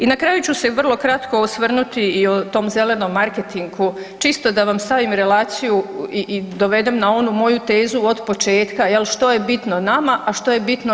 I na kraju ću se vrlo kratko osvrnuti i o tom zelenom marketingu čisto da vam stavim relaciju i dovedem na onu moju tezu od početka što je bitno nama, a što je bitno EU.